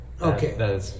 Okay